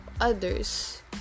others